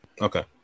Okay